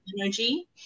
energy